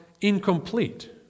incomplete